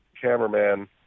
cameraman